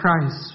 Christ